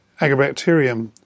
agrobacterium